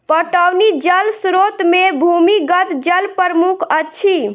पटौनी जल स्रोत मे भूमिगत जल प्रमुख अछि